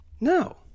No